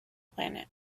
planet